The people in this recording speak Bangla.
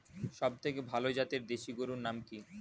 সবথেকে ভালো জাতের দেশি গরুর নাম কি?